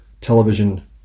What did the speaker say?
Television